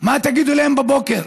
מה תגידו להם בבוקר?